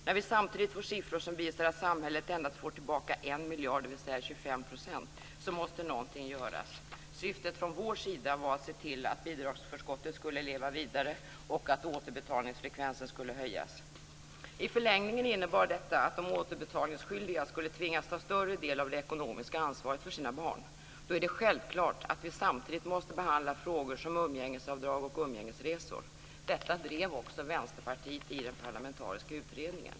När vi samtidigt får siffror som visar att samhället endast får tillbaka en miljard, dvs. 25 %, måste någonting göras. Syftet från vår sida var att se till att bidragsförskottet skulle leva vidare och att återbetalningsfrekvensen skulle höjas. I förlängningen innebar detta att de återbetalningsskyldiga skulle tvingas ta större del av det ekonomiska ansvaret för sina barn. Då är det självklart att vi samtidigt måste behandla frågor som umgängesavdrag och umgängesresor. Detta drev också Vänsterpartiet i den parlamentariska utredningen.